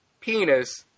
penis